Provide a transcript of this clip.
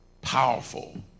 powerful